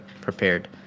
prepared